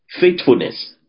Faithfulness